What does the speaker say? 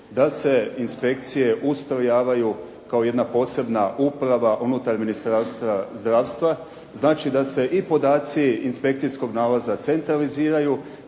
da se inspekcije ustrojavaju kao jedna posebna uprava unutar Ministarstva zdravstva, znači da se i podaci inspekcijskog nalaza centraliziraju,